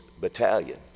battalion